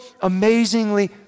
amazingly